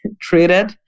treated